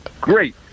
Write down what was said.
great